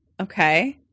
Okay